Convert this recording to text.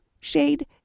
shade